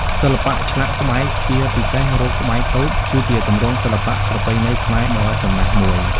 សិល្បៈឆ្លាក់ស្បែក ជាពិសេស រូបស្បែកតូចគឺជាទម្រង់សិល្បៈប្រពៃណីខ្មែរដ៏ចំណាស់មួយ។